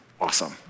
awesome